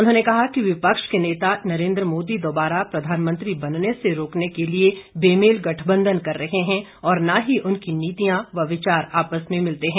उन्होंने कहा कि विपक्ष के नेता नरेन्द्र मोदी दोबारा प्रधानमंत्री बनने से रोकने के लिए बेमेल गठबंधन कर रहे हैं और न ही उनकी नीतियां व विचार आपस में मिलते हैं